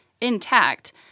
intact